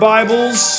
Bibles